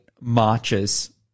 marches